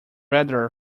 rather